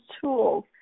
tools